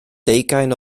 deugain